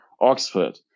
Oxford